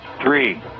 three